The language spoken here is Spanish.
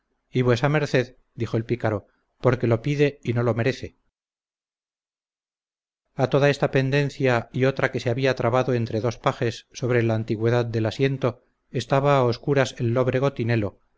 y vuesa merced dijo el pícaro porque lo pide y no lo merece a toda esta pendencia y otra que se había trabado entre dos pajes sobre la antigüedad del asiento estaba a oscuras